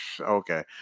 Okay